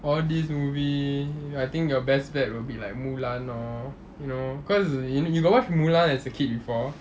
all these movie I think your best bet would be like mulan lor you know cause you got watch mulan as a kid before